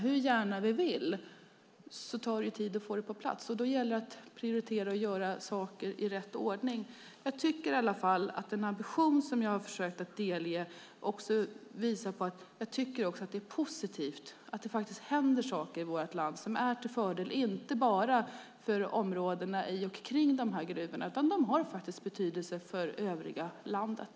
Hur gärna vi än vill det här tar det tid att få det på plats. Då gäller det att prioritera och göra saker i rätt ordning. Jag tycker i alla fall att den ambition som jag har försökt att delge är positiv och visar att det faktiskt händer saker i vårt land som är till fördel och har betydelse, inte bara för områdena kring de här gruvorna utan också för övriga landet.